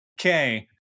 Okay